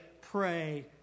pray